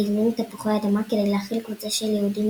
היא הזמינה תפוחי אדמה כדי להאכיל קבוצה של יהודים